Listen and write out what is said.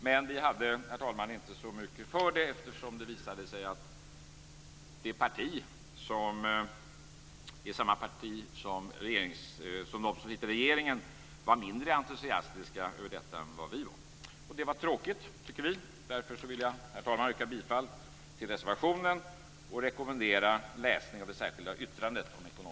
Men vi hade, herr talman, inte så mycket för det eftersom det visade sig att man i det parti som är samma parti som det som sitter i regeringen, var mindre entusiastisk över detta än vad vi var. Det var tråkigt tycker vi. Därför vill jag, herr talman, yrka bifall till reservationen och rekommendera läsning av det särskilda yttrandet om ekonomisk styrning.